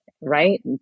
Right